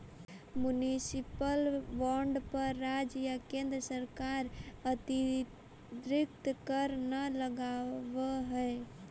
municipal bond पर राज्य या केन्द्र सरकार अतिरिक्त कर न लगावऽ हइ